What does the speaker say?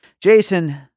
Jason